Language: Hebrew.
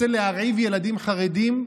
רוצה להרעיב ילדים חרדים,